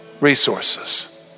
resources